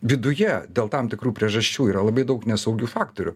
viduje dėl tam tikrų priežasčių yra labai daug nesaugių faktorių